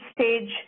stage